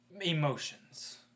emotions